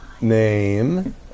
name